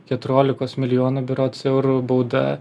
keturiolikos milijonų berods eurų bauda